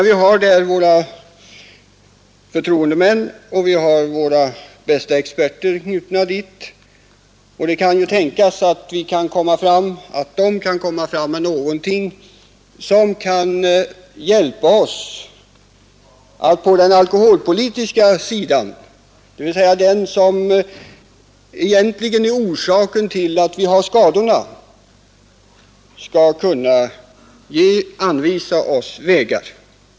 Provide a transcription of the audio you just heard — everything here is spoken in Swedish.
Våra förtroendemän och våra bästa experter är emellertid knutna till de pågående utredningarna, och det kan ju tänkas att de på den alkoholpolitiska sidan — dvs. den som egentligen är orsaken till att vi har skadorna — har möjlighet att anvisa oss vägar.